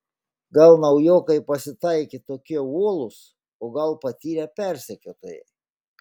gal naujokai pasitaikė tokie uolūs o gal patyrę persekiotojai